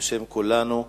בשם כולנו.